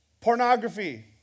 Pornography